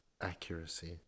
accuracy